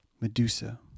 medusa